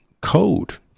code